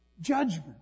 judgment